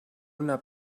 una